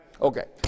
Okay